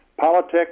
politics